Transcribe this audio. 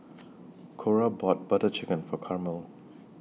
Cora bought Butter Chicken For Carmel